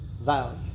value